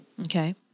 Okay